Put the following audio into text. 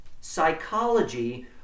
psychology